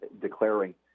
declaring